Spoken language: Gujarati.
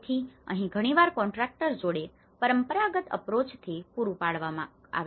તેથી અહીં ઘણીવાર કોન્ટ્રાકટર જોડે પરંપરાગત અપ્રોચથી approach અભિગમ પૂરું કરવામાં આવે છે